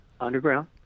underground